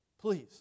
Please